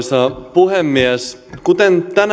puhemies kuten tänään